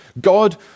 God